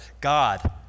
God